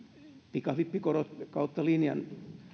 pikavippikorot kautta linjan